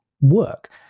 work